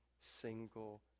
single